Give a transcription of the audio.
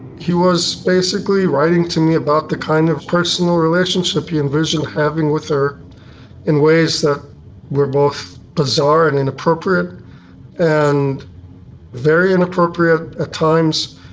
he was basically writing to me about the kind of personal relationship he envisioned having with her in ways that were both bizarre and inappropriate and very inappropriate at times.